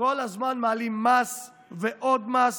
כל הזמן מעלים מס ועוד מס